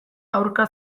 aurka